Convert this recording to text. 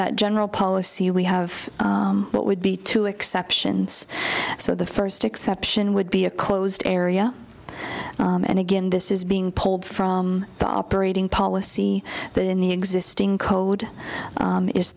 that general policy we have what would be two exceptions so the first exception would be a closed area and again this is being pulled from the operating policy in the existing code